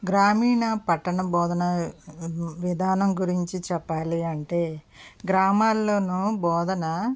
గ్రామీణ పట్టణ బోధన విధానం గురించి చెప్పాలి అంటే గ్రామాల్లోనూ బోధన